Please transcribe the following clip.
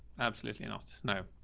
absolutely not. no.